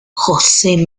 jose